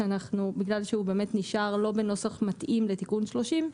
שבגלל שהוא באמת נשאר לא בנוסח מתאים לתיקון 30,